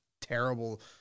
terrible